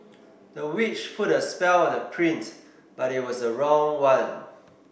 the witch put a spell on the prince but it was the wrong one